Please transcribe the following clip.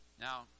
Now